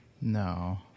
No